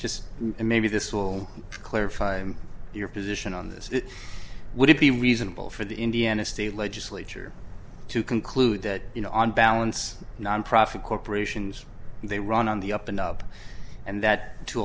just maybe this will clarify your position on this would it be reasonable for the indiana state legislature to conclude that you know on balance nonprofit corporations they run on the up and up and that to